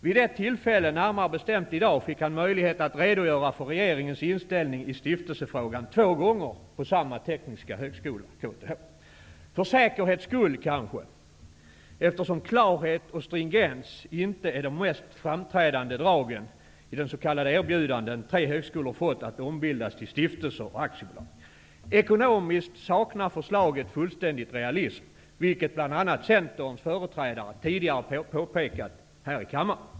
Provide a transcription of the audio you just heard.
Vid ett tillfälle, närmare bestämt i dag, fick han möjlighet att redogöra för regeringens inställning i stiftelsefrågan två gånger på samma tekniska högskola -- KTH. För säkerhets skull kanske, eftersom klarhet och stringens inte är de mest framträdande dragen i de s.k. erbjudanden tre högskolor har fått att ombildas till stiftelser och aktiebolag. Ekonomiskt saknar förslaget fullständigt realism, vilket bl.a. Centerns företrädare tidigare påpekat här i kammaren.